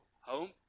home